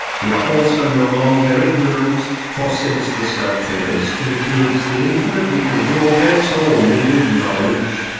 we are also no longer ignorant, for since the self in us includes the infinite we can draw thence all needed knowledge,